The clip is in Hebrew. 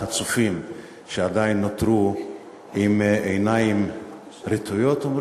הצופים שעדיין נותרו עם עיניים טרוטות.